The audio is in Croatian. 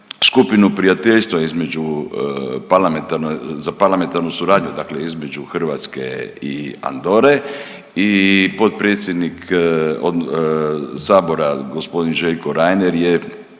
skupinu prijateljstva između za parlamentarnu suradnju dakle između Hrvatske i Andore i potpredsjednik Sabora g. Željko Reiner je